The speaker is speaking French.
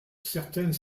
certains